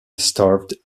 starved